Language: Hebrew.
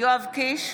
יואב קיש,